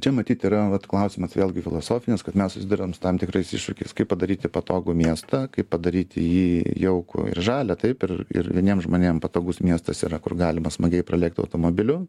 čia matyt yra vat klausimas vėlgi filosofinis kad mes susiduriam su tam tikrais iššūkiais kaip padaryti patogų miestą kaip padaryti jį jaukų ir žalią taip ir ir vieniem žmonėm patogus miestas yra kur galima smagiai pralėkt automobiliu